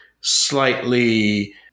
slightly